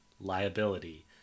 liability